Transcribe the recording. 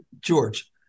George